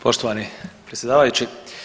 Poštovani predsjedavajući.